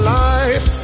life